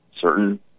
certain